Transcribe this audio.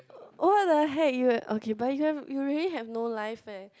oh what the heck you oh wait okay but you have you really have no life eh